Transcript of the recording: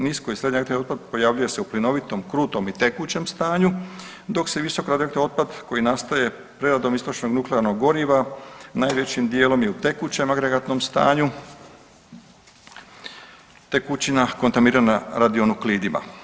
Nisko i srednje radioaktivni otpad pojavljuje se u plinovito, krutom i tekućem stanju dok se visoko radioaktivni otpad koji nastaje preradom istrošenog nuklearnog goriva najvećim dijelom je u tekućem agregatnom stanju, tekućina kontaminirana radionuklidima.